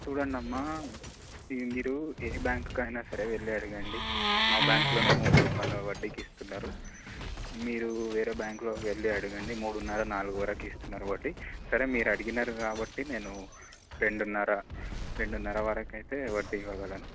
student అమ్మా మీరు ఏ బ్యాంకుకు అయినా సరే వెళ్ళ అడిగండి మా బ్యాంకులోనే మూడు రూపాయల వడ్డీకి ఇస్తున్నారు మీరు వేరే బ్యాంకులో వెళ్లిి అడిగండి మూడున్నర నాలుగు వరకు ఇస్తున్నారు వడ్డీ సరే మీరు అడిగినారు కాబట్టి నేను రెండున్నర రెండున్నర వరకైతే వడ్డీ ఇవ్వగలను